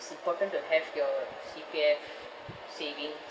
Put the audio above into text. it's important to have your C_P_F savings